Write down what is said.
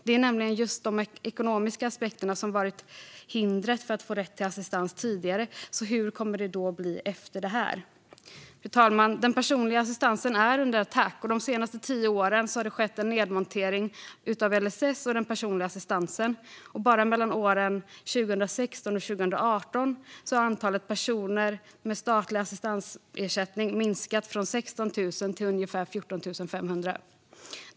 Det är nämligen just de ekonomiska aspekterna som varit hindret för att få rätt till assistans tidigare, så hur kommer det då att bli efter det här? Fru talman! Den personliga assistansen är under attack. De senaste tio åren har det skett en nedmontering av LSS och den personliga assistansen. Bara mellan åren 2016 och 2018 har antalet personer med statlig assistansersättning minskat från 16 000 till ungefär 14 500.